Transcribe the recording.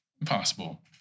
Impossible